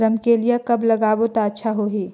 रमकेलिया कब लगाबो ता अच्छा होही?